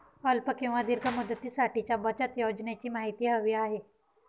अल्प किंवा दीर्घ मुदतीसाठीच्या बचत योजनेची माहिती हवी आहे